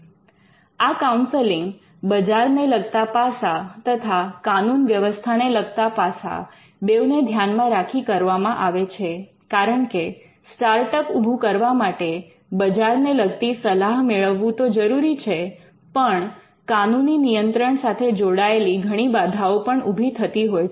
આ કાઉન્સેલિંગ બજાર ને લગતા પાસા તથા કાનુન વ્યવસ્થા ને લગતા પાસા બેઉ ને ધ્યાનમાં રાખી કરવામાં આવે છે કારણકે સ્ટાર્ટઅપ ઉભુ કરવા માટે બજારને લગતી સલાહ મેળવવું તો જરૂરી છે પણ કાનૂની નિયંત્રણ સાથે જોડાયેલી ઘણી બાધાઓ પણ ઉભી થતી હોય છે